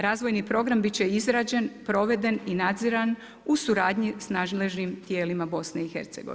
Razvojni program biti će izrađen, proveden i nadziran u suradnji s nadležnim tijelima BIH.